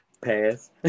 Pass